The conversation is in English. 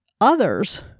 others